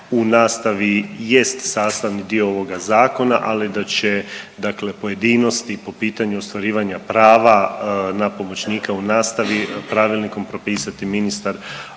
u nastavi jest sastavni dio ovoga zakona, ali da će dakle pojedinosti po pitanju ostvarivanja prava na pomoćnika u nastavi pravilnikom propisati ministar